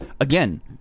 Again